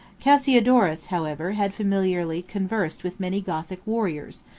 cassiolorus, however, had familiarly conversed with many gothic warriors,